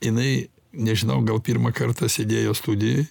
jinai nežinau gal pirmą kartą sėdėjo studijoj